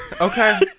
Okay